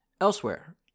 Elsewhere